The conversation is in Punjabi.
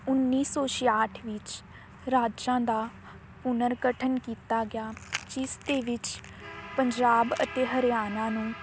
ਉੱਨੀ ਸੌ ਛਿਆਹਟ ਵਿੱਚ ਰਾਜਾਂ ਦਾ ਪੁਨਰ ਗਠਨ ਕੀਤਾ ਗਿਆ ਜਿਸ ਦੇ ਵਿੱਚ ਪੰਜਾਬ ਅਤੇ ਹਰਿਆਣਾ ਨੂੰ